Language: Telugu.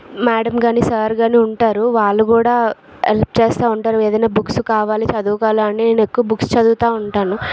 మేడం కాని సార్ కాని ఉంటారు వాళ్లు కూడా హెల్ప్ చేస్తూ ఉంటారు ఏదైనా బుక్స్ కావాలి చదువుకోవాలని నేను ఎక్కువ బుక్స్ చదువుతా ఉంటాను